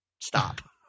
stop